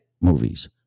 movies